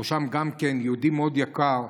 בראשן יהודי מאוד יקר,